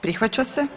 Prihvaća se.